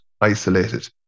isolated